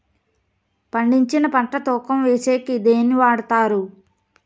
పండించిన పంట తూకం వేసేకి దేన్ని వాడతారు?